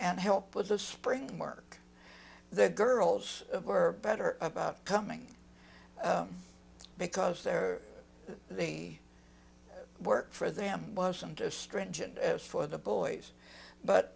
and help with the spring work the girls were better about coming because there me work for them wasn't as stringent as for the boys but